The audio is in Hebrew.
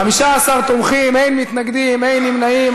15 תומכים, אין מתנגדים, אין נמנעים.